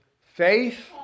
faith